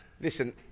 listen